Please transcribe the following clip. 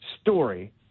story